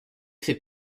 fait